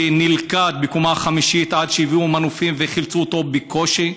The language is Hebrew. שנלכד בקומה חמישית עד שהביאו מנופים וחילצו אותו בקושי.